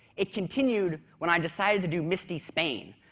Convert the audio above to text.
it continued when i decided to do misti spain,